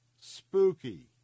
spooky